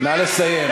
נא לסיים.